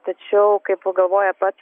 tačiau kaip galvoja pats